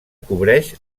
cobreix